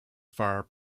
far